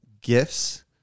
gifts